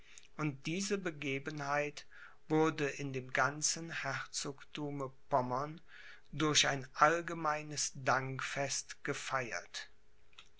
und diese begebenheit wurde in dem ganzen herzogthume pommern durch ein allgemeines dankfest